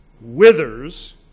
withers